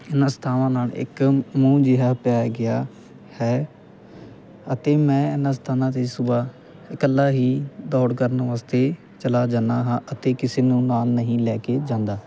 ਇਹਨਾਂ ਸਥਾਨਾਂ ਨਾਲ ਇੱਕ ਮੋਹ ਜਿਹਾ ਪੈ ਗਿਆ ਹੈ ਅਤੇ ਮੈਂ ਇਹਨਾਂ ਸਥਾਨਾਂ 'ਤੇ ਸੁਬਹਾ ਇਕੱਲਾ ਹੀ ਦੌੜ ਕਰਨ ਵਾਸਤੇ ਚਲਾ ਜਾਂਦਾ ਹਾਂ ਅਤੇ ਕਿਸੇ ਨੂੰ ਨਾਲ ਨਹੀਂ ਲੈ ਕੇ ਜਾਂਦਾ